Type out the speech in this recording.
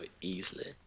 easily